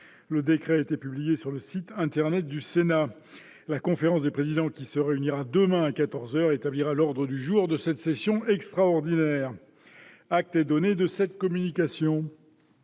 Le décret a été publié sur le site internet du Sénat. La conférence des présidents, qui se réunira demain à quatorze heures, établira l'ordre du jour de cette session extraordinaire. Acte est donné de cette communication.